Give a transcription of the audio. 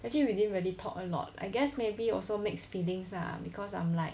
actually we didn't really talk a lot I guess maybe also mixed feelings lah because I'm like